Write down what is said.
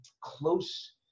close